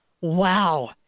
Wow